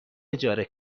اجاره